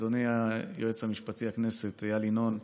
אדוני היועץ המשפטי לכנסת איל ינון,